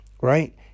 right